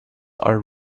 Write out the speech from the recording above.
are